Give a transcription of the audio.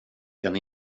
kan